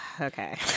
Okay